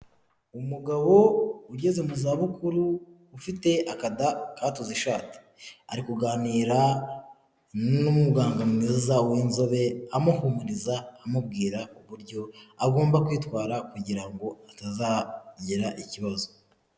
Umugabo ugeze mu zabukuru ufite akada katuze ishati, ari kuganira n'umuganga mwiza w'inzobe amuhumuriza, amubwira uburyo agomba kwitwara kugira ngo atazagira ikibazo.